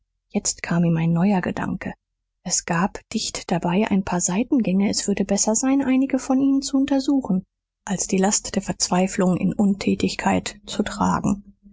jetzt kam ihm ein neuer gedanke es gab dicht dabei ein paar seitengänge es würde besser sein einige von ihnen zu untersuchen als die last der verzweiflung in untätigkeit zu tragen